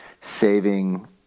saving